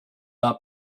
are